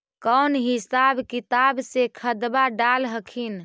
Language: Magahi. कौन हिसाब किताब से खदबा डाल हखिन?